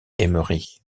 emery